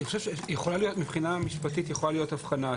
מבחינה משפטית יכולה להיות הבחנה.